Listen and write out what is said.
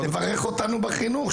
תברך אותנו בחינוך,